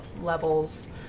levels